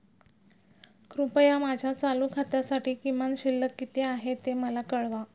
कृपया माझ्या चालू खात्यासाठी किमान शिल्लक किती आहे ते मला कळवा